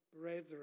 brethren